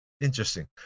interesting